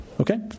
okay